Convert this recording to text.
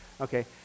Okay